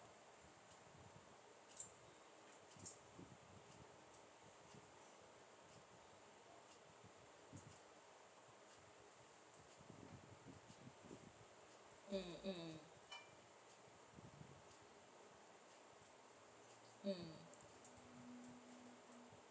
mm mm mm mm